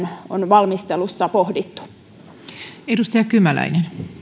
on valmistelussa pohdittu